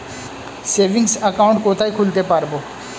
Savings account কোথায় খুলতে পারব?